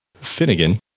Finnegan